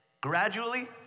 gradually